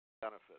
benefit